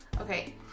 Okay